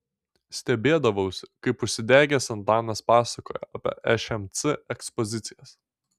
stebėdavausi kaip užsidegęs antanas pasakoja apie šmc ekspozicijas